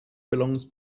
belongs